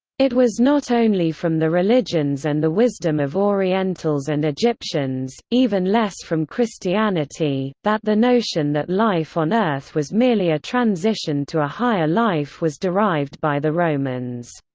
it was not only from the religions and the wisdom of orientals and egyptians, even less from christianity, that the notion that life on earth was merely a transition to a higher life was derived by the romans.